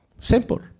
Simple